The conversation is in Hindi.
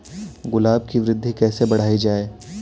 गुलाब की वृद्धि कैसे बढ़ाई जाए?